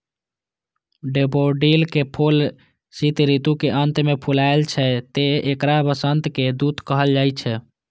daffodil के फूल शीत ऋतु के अंत मे फुलाय छै, तें एकरा वसंतक दूत कहल जाइ छै